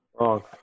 Wrong